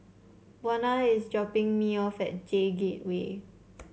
Buna is dropping me off at J Gateway